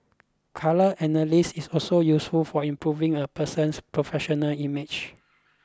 colour analysis is also useful for improving a person's professional image